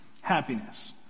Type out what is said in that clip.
happiness